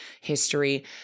history